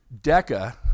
DECA